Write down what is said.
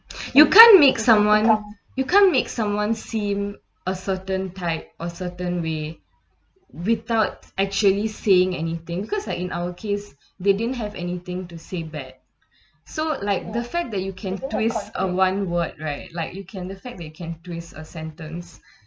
you can't make someone you can't make someone seem a certain type or certain way without actually saying anything because like in our case they didn't have anything to say bad so like the fact that you can twist uh one word right like you can expect they can twist a sentence